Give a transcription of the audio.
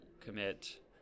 commit